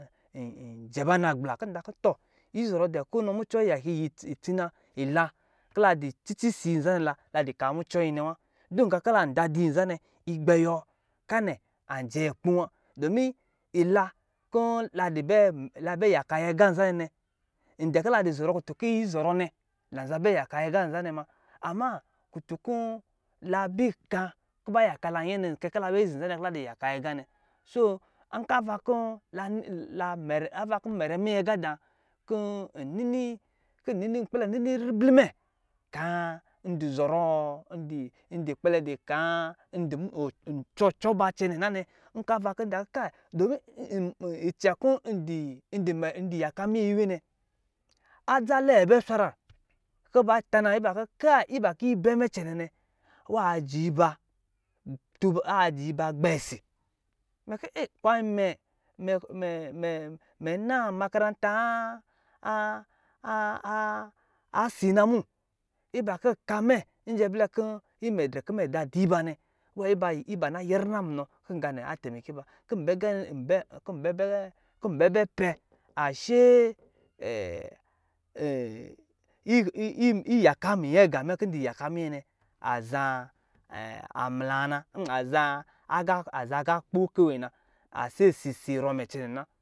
Jɛ ba na gbla kɔ nta kɔ tɔ nkɔ ava kɔ mucɔ yiyakayi itsi na ila kɔ la dɔ cici ɔsɔ yi nɛ la dukaa mveɔ yi nɛ wa du nga kɔ lada du yi yi gbɛ wuwɔ kanɛ njɛyi kpowa domi ila kɔ la bɛ yakayi aga nzanɛ de kɔ lazɔ ɔ kɔ tu kɔ yi zɔrɔ nɛ can bɛ ɔ dɛ nzanɛ ma ama kutun kɔ la bika kɔ ba yakala nuɛɛ nɛ kɛkɔ la bɛ zizi kɔla di yaka yi aga nɛ so nka rekɔ nmɛrɛ minyɛ aga da kɔ nkpɛ lɛ nini ribli mɛ kaa ndɔ cɔcɔ ba cɛnɛ nenɛ domi icɛ nkɔ ndɔ mɛrɛ mingɛ iwe nɛ adze lɛɛ bɛ swakan kɔ ba tanan ibakɔ kai iba kɔ ibɛ mɛ canɛ nwa jɛ iba gbɛ si kwa imɛ na makaranta asi na mo ba kɔ ka mɛ ijɛ blɛ kɔ imɛ dude di ba nɛ iba na yɛrina munɔ kɔ nganɛ ana temece ba kɔ msɛpa kɔ ashe iyaka minyɛ aga mɛ kɔ ndɔ yaka miyɛ nɛ aza amla na aza de kpo kewe na ashe sisi rumɛna.